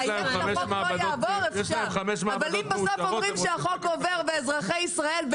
הבנים אומרים שבסוף החוק עובר ואזרחי ישראל,